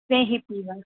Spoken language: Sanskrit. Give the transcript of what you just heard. स्नेहिती वा